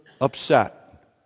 upset